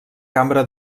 cambra